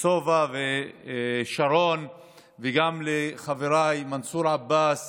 סובה ושרון, וגם לחבריי מנסור עבאס